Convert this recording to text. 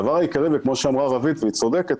הדבר העיקרי כמו שאמרה רווית והיא צודקת,